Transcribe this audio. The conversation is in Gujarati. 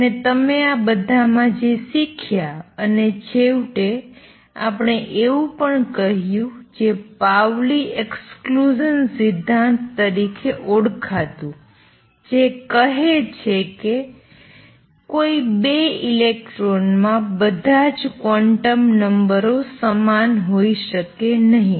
અને તમે આ બધામાં જે શીખ્યા અને છેવટે આપણે એવું પણ કહ્યું જે પાઉલી એક્ષ્ક્લુસન સિદ્ધાંત તરીકે ઓળખાતું જે કહે છે કે કોઈ ૨ ઇલેક્ટ્રોનમાં બધા જ ક્વોન્ટમ નંબરો સમાન હોઇ શકે નહીં